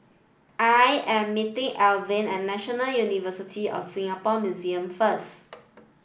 I am meeting Elvin at National University of Singapore Museum first